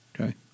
Okay